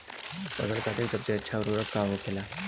फसल खातीन सबसे अच्छा उर्वरक का होखेला?